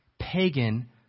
pagan